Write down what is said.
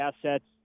assets